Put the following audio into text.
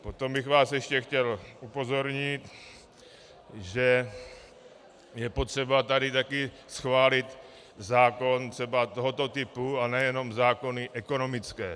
Potom bych vás ještě chtěl upozornit, že je potřeba tady taky schválit zákon třeba tohoto typu a nejenom zákony ekonomické.